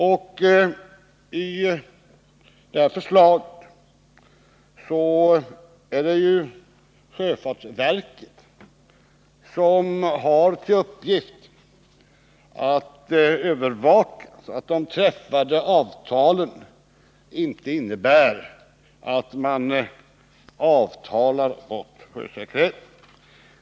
Enligt det här förslaget är det sjöfartsverket som har till uppgift att övervaka att de träffade avtalen inte innebär att man avtalat bort sjösäkerheten.